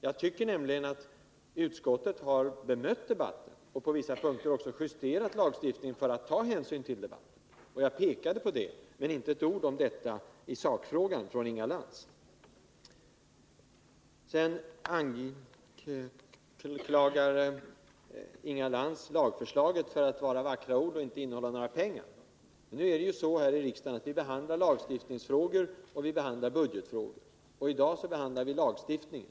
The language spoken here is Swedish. Jag tycker nämligen att utskottet har beaktat debatten och på vissa punkter också justerat lagstiftningen för att ta hänsyn till den. Det pekade jag på — men inte ett ord om detta vad själva sakfrågan beträffar från Inga Lantz. Sedan anklagar Inga Lantz lagförslaget för att vara vackra ord och inte innehålla några pengar. Det är så här i riksdagen att vi har lagstiftningsfrågor och vi har budgetfrågor. I dag behandlar vi lagstiftningen.